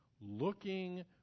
looking